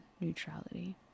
neutrality